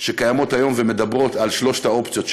שקיימות היום ומדברות על שלוש האופציות,